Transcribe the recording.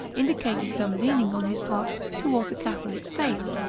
indicated some leaning, on his part, toward the catholic faith.